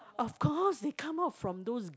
of course they come out from those